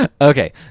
Okay